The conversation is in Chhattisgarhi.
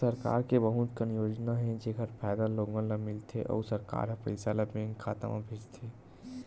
सरकार के बहुत कन योजना हे जेखर फायदा लोगन ल मिलथे अउ सरकार ह पइसा ल बेंक खाता म भेजथे